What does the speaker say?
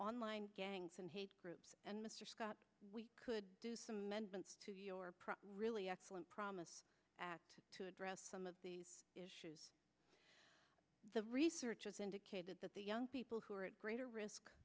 online gangs and groups and mr scott could do some really excellent promise act to address some of these issues the research has indicated that the young people who are at greater risk